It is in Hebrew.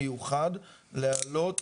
כל מיני מקרים מיוחדים שאין להם סוף,